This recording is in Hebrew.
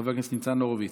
חבר הכנסת ניצן הורוביץ,